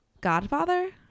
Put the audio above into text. Godfather